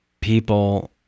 people